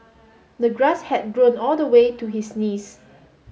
the grass had grown all the way to his knees